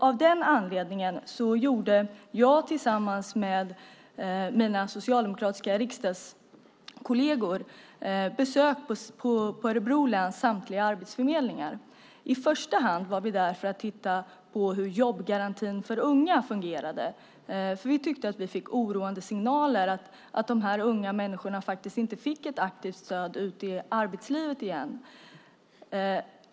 Av den anledningen har jag och mina socialdemokratiska riksdagskolleger besökt Örebro läns samtliga arbetsförmedlingar. I första hand var vi där för att titta på hur jobbgarantin för unga fungerade eftersom vi tyckte att vi fick oroande signaler om att dessa unga människor inte fick aktivt stöd för att komma ut i arbetslivet igen.